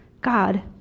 God